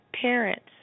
parents